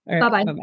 Bye-bye